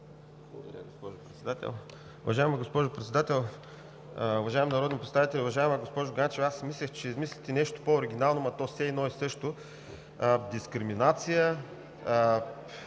Благодаря, господин Председател.